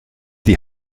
die